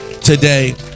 today